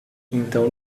então